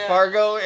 Fargo